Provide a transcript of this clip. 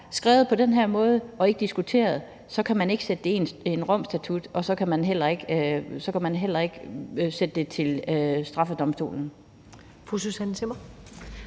skrevet på den her måde og ikke diskuteret, kan man ikke sætte det ind i Romstatutten, og så kan man heller ikke få det for straffedomstolen. Kl. 15:33 Første